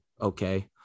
Okay